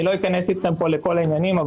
אני לא אכנס איתכם פה לכל העניינים,